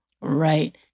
Right